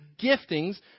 giftings